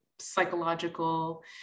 Psychological